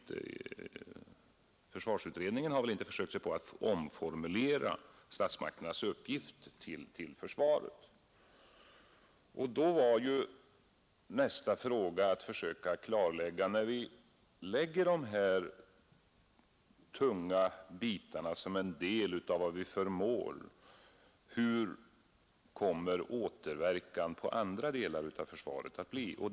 Försvarsutredningen har väl inte försökt sig på att omformulera den uppgift statsmakterna givit försvaret. Då var nästa fråga att försöka klarlägga återverkan på andra delar av försvaret, när vi lägger de här tunga bitarna som en del av vad vi förmår.